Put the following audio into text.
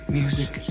music